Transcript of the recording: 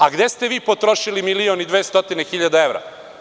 A gde ste vi potrošili milion i 200 hiljada evra?